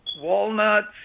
walnuts